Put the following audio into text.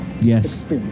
Yes